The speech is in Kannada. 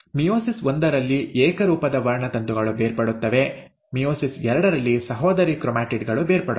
ಮಿಯೋಸಿಸ್ ಒಂದರಲ್ಲಿ ಏಕರೂಪದ ವರ್ಣತಂತುಗಳು ಬೇರ್ಪಡುತ್ತವೆ ಮಿಯೋಸಿಸ್ ಎರಡರಲ್ಲಿ ಸಹೋದರಿ ಕ್ರೊಮ್ಯಾಟಿಡ್ ಗಳು ಬೇರ್ಪಡುತ್ತವೆ